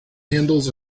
handles